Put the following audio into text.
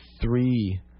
three